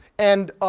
and